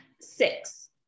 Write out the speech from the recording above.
Six